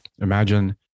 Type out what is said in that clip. imagine